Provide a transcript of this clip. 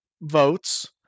votes